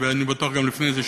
ואני בטוח גם לפני זה,